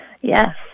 Yes